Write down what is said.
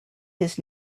his